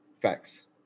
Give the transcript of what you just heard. Facts